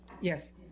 yes